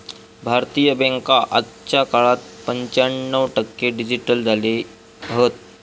भारतीय बॅन्का आजच्या काळात पंच्याण्णव टक्के डिजिटल झाले हत